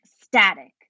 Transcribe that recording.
static